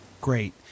Great